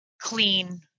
clean